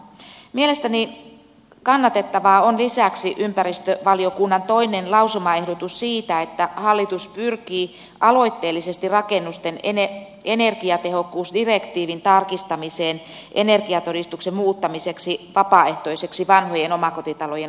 mielestäni kannatettavaa on lisäksi ympäristövaliokunnan toinen lausumaehdotus siitä että hallitus pyrkii aloitteellisesti rakennusten energiatehokkuusdirektiivin tarkistamiseen energiatodistuksen muuttamiseksi vapaaehtoiseksi vanhojen omakotitalojen osalta